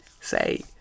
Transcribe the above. Say